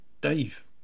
Dave